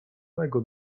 mego